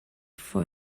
for